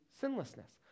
sinlessness